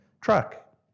truck